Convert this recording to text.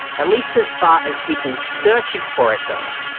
at least as far as people searching for it goes,